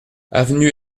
avenue